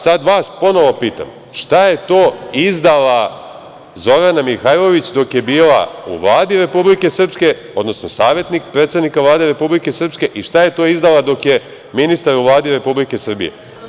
Sad vas ja ponovo pitam – šta je to izdala Zorana Mihajlović dok je bila u Vladi Republike Srpske, odnosno savetnik predsednika Vlade Republike Srpske i šta je to izdala dok je ministar u Vladi Republike Srbije?